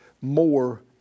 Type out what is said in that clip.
more